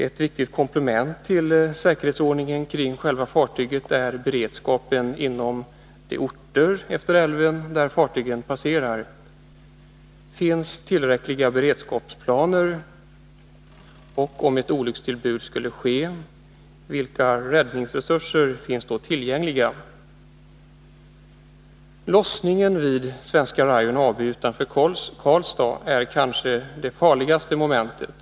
Ett viktigt komplement till säkerhetsordningen kring själva fartygen är beredskapen på de orter längs älven som fartygen passerar. Finns det tillräckliga beredskapsplaner? Vilka räddningsresurser har man om det skulle inträffa ett olyckstillbud? Lossningen vid Svenska Rayon AB utanför Karlstad är kanske det farligaste momentet.